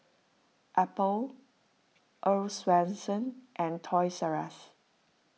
Apple Earl's Swensens and Toys Rus